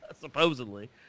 supposedly